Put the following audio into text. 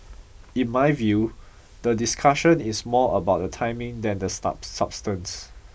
in my view the discussion is more about the timing than the star substance